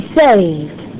saved